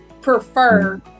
prefer